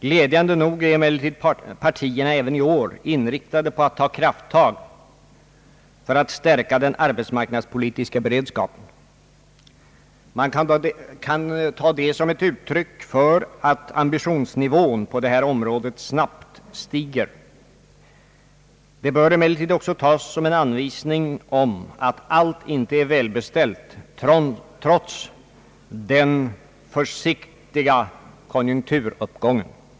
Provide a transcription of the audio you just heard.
Glädjande nog är emellertid partierna även i år inriktade på att ta krafttag för att stärka den arbetsmarknadspolitiska beredskapen. Man kan ta det som ett uttryck för att ambitionsnivån på detta område snabbt stiger. Det bör emellertid också tas som en anvisning om att allt inte är välbeställt trots den påvisade konjunkturuppgången.